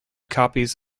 copies